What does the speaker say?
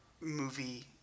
movie